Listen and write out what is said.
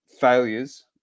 failures